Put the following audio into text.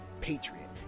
patriot